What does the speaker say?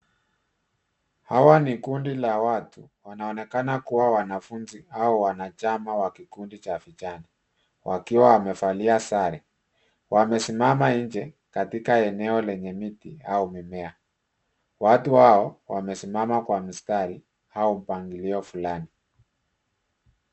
Hawa ni kundi la watu, wanaonekana kuwa wanafunzi au wanachama wa kikundi cha vijana. Wakiwa wamevalia sare. Wamesimama nje, katika eneo lenye miti au mimea. Watu hao, wamesimama kwa mistari au mpangilio fulani.